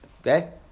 Okay